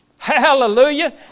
Hallelujah